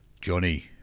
Johnny